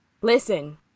listen